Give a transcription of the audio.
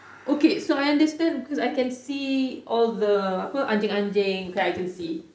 okay so I understand because I can see all the apa anjing-anjing kan I can see